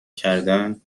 کردن